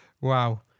Wow